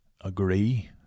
agree